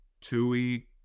Tui